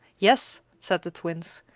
yes, said the twins.